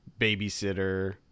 babysitter